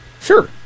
Sure